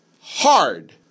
hard